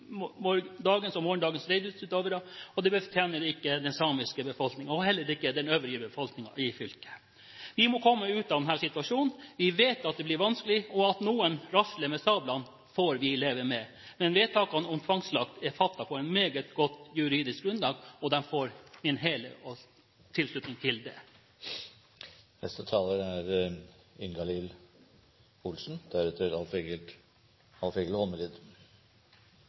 den samiske befolkningen – heller ikke den øvrige befolkningen i fylket. Vi må komme ut av denne situasjonen. Vi vet at det blir vanskelig. At noen rasler med sablene, får vi leve med, men vedtakene om tvangsslakting er fattet på et meget godt juridisk grunnlag, og de får min fulle tilslutning. Næringspolitikk er viktig for Norge. Vi må skape verdier for å ha noe å dele. Fiskerinæringen er